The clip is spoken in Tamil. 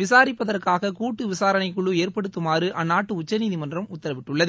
விசாரிப்பதற்காக கூட்டு விசாரணைக்குழு ஏற்படுத்துமாறு அந்நாட்டு உச்சநீதிமன்றம் உத்தரவிட்டுள்ளது